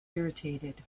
irritated